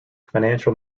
financial